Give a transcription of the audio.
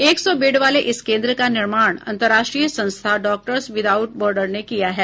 एक सौ बेड वाले इस केन्द्र का निर्माण अंतर्राष्ट्रीय संस्था डॉक्टर्स विदाउट बोर्डर ने किया है